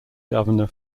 governor